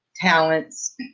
talents